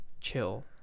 chill